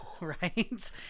right